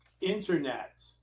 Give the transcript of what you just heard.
internet